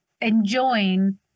enjoying